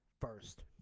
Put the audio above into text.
first